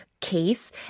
case